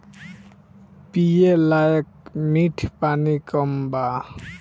पिए लायक मीठ पानी कम बा